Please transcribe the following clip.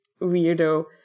weirdo